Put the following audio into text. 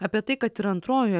apie tai kad ir antrojoje